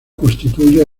constituye